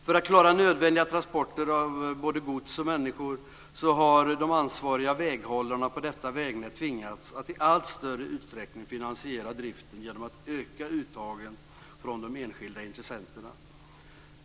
För att klara nödvändiga transporter av både gods och människor har de ansvariga väghållarna på detta vägnät tvingats att i all större utsträckning finansiera driften genom att öka uttagen från de enskilda intressenterna.